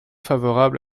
favorable